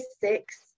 six